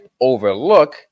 overlook